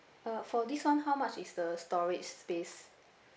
uh for this [one] how much is the storage space